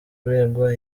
kuregwa